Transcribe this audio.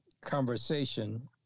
conversation